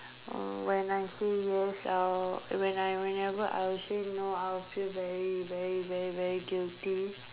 mm when I say yes I will when I whenever I will say no I will very very very very guilty